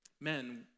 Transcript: men